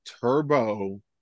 Turbo